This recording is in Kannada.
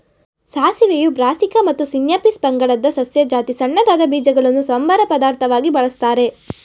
ಸಾಸಿವೆಯು ಬ್ರಾಸೀಕಾ ಮತ್ತು ಸಿನ್ಯಾಪಿಸ್ ಪಂಗಡದ ಸಸ್ಯ ಜಾತಿ ಸಣ್ಣದಾದ ಬೀಜಗಳನ್ನು ಸಂಬಾರ ಪದಾರ್ಥವಾಗಿ ಬಳಸ್ತಾರೆ